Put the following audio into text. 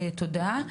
תודה.